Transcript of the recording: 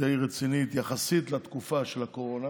די רצינית יחסית לתקופה של הקורונה.